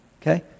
Okay